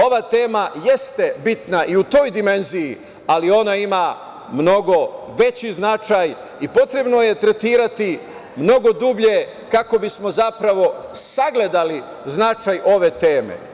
Ova tema jeste bitna i u toj dimenziji, ali ona ima mnogo veći značaj i potrebno je tretirati mnogo dublje kako bismo zapravo sagledali značaj ove teme.